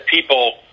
people